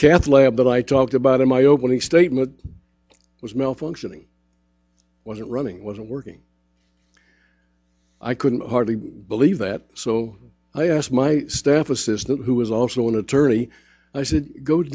camp lab that i talked about in my opening statement was malfunctioning wasn't running wasn't working i couldn't hardly believe that so i asked my staff assistant who is also an attorney i s